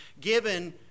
given